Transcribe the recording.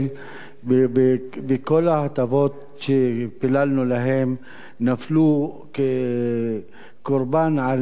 וכל ההטבות שפיללנו להן נפלו קורבן על מזבח